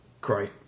Great